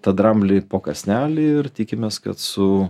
tą dramblį po kąsnelį ir tikimės kad su